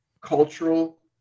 cultural